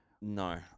No